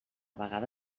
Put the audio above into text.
vegada